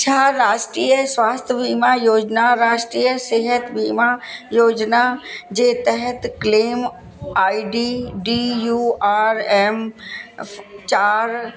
छा राष्ट्रीय स्वास्थ वीमा योजना राष्ट्रीय सिहत वीमा योजना जे तहत claim I D D U R M चारि